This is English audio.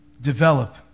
develop